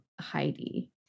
Heidi